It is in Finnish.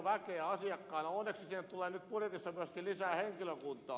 onneksi sinne tulee nyt budjetissa myöskin lisää henkilökuntaa